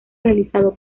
realizado